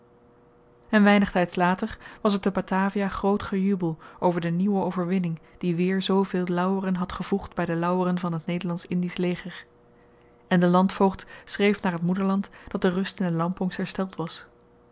en weinig tyds later was er te batavia groot gejubel over de nieuwe overwinning die weer zooveel lauweren had gevoegd by de lauweren van t nederlandsch indisch leger en de landvoogd schreef naar t moederland dat de rust in de lampongs hersteld was